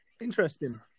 Interesting